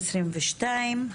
2022,